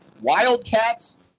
Wildcats